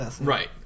Right